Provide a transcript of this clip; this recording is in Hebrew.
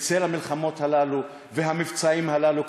בצל המלחמות הללו והמבצעים הללו,